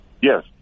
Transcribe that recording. yes